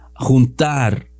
juntar